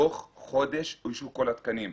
תוך חודש אוישו כל התקנים.